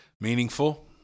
meaningful